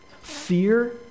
Fear